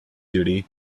duty